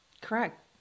Correct